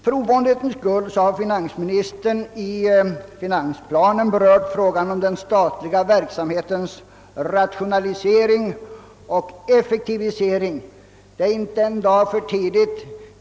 För ovanlighetens skull har finansministern i finansplanen berört frågan om den statliga verksamhetens rationalisering och effektivisering. Det är inte en dag för tidigt.